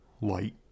light